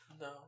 No